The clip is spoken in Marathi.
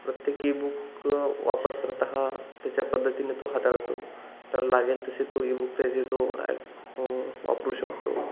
प्रत्येक ईबुक वापरकर्ता हा त्याच्या पद्धतीने तो हाताळतो तर लागेल तसे तो ईबुक त्याचे तो वापरू शकतो